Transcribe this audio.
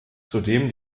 zudem